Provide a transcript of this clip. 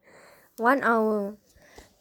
one hour